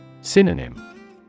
Synonym